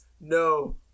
no